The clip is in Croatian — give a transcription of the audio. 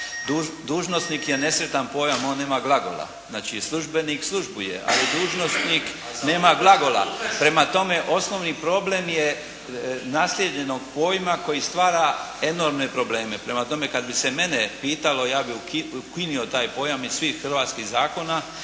Dužnosnik je nesretan pojam. On nema glagola. Znači službenik službuje, ali službenik nema glagola. Prema tome osnovni problem je naslijeđenog pojma koji stvara enormne probleme. Prema tome kad bi se mene pitalo ja bih ukinuo taj pojam iz svih hrvatskih zakona